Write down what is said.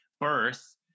birth